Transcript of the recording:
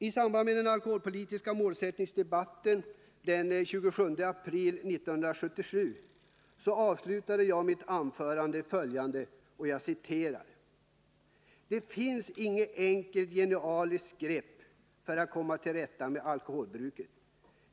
I samband med den alkoholpolitiska målsättningsdebatten den 27 april 1977 avslutade jag mitt anförande med följande: ”Det finns inget enkelt genialiskt grepp för att komma till rätta med alkoholbruket.